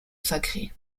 sacrée